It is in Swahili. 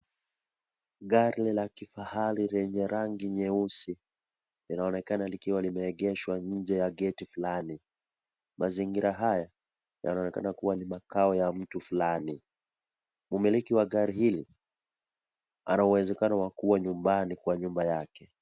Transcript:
Gari la kifahari lenye rangi nyeusi linaonekena likiwa limeegeshwa nje ya gate fulani. Mazingira haya yanaonekana kuwa makao ya mtu fulani. Mumiliki wa gari hili ana uwezekano wa kuwa nyumbani kwa nyumba yake.